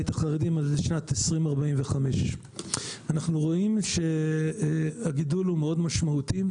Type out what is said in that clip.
החרדיים עד לשנת 2045. אנחנו רואים שהגידול הוא מאוד משמעותי,